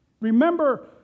Remember